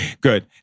good